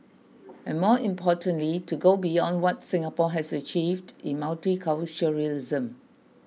and more importantly to go beyond what Singapore has achieved in multiculturalism